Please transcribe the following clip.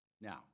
Now